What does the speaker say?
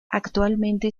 actualmente